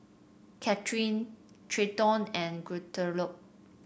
Cathrine Trenton and Guadalupe